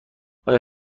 آیا